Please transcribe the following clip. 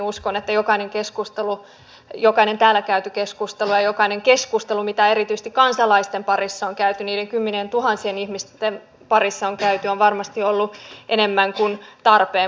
uskon että jokainen täällä käyty keskustelu ja jokainen keskustelu mitä erityisesti kansalaisten parissa on käyty niiden kymmenientuhansien ihmisten parissa on käyty on varmasti ollut enemmän kuin tarpeen